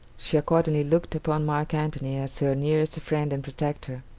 she accordingly looked upon mark antony as her nearest friend and protector,